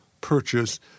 purchase